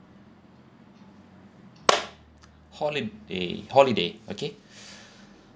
holiday holiday okay